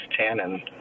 tannin